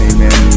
Amen